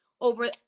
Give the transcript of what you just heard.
over